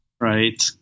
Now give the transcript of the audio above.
Right